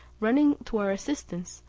running to our assistance,